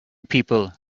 people